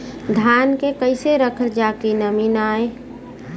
धान के कइसे रखल जाकि नमी न आए?